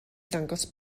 ddangos